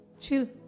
chill